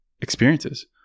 experiences